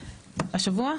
השבוע?